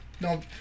No